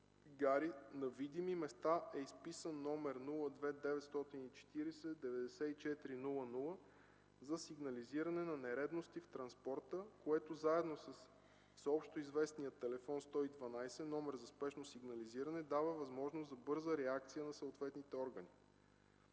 гари на видими места е изписан номер 02/940-94-00 за сигнализиране за нередности в транспорта, който, заедно с всеобщо известния телефон 112 – номер за спешно сигнализиране, дава възможност за бърза реакция на съответните органи.